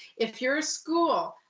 if you're a school,